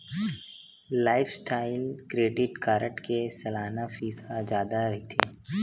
lifestyle credit card के सलाना fees ह जादा रहिथे